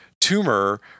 tumor